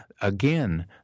Again